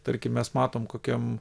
tarkim mes matom kokiam